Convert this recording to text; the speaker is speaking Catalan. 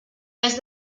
més